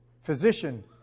physician